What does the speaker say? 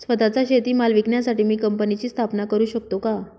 स्वत:चा शेतीमाल विकण्यासाठी मी कंपनीची स्थापना करु शकतो का?